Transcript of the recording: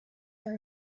are